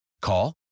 Call